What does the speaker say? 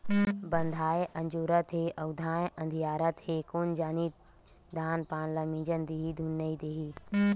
बंधाए अजोरत हे अउ धाय अधियारत हे कोन जनिक धान पान ल मिजन दिही धुन नइ देही